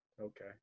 Okay